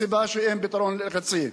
מסיבה שאין פתרון קצה.